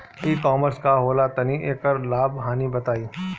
ई कॉमर्स का होला तनि एकर लाभ हानि बताई?